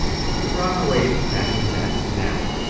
i think we're on our way to matching that now.